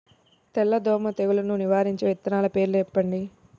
తెల్లదోమ తెగులును నివారించే విత్తనాల పేర్లు చెప్పండి?